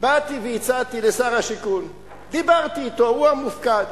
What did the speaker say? באתי והצעתי לשר השיכון, דיברתי אתו, הוא המופקד.